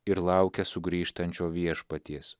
ir laukia sugrįžtančio viešpaties